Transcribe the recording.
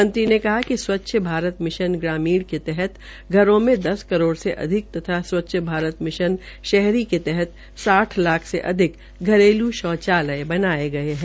मंत्री ने कहा कि स्वच्छ भारत मिशन ग्रामीण के के तहत घरों में दस करोड़ से अधिक तथा स्वच्छ भारत मिश्न शहरी के तहत साठ लाख से अधिक घरेलू शौचालय बनाये गये है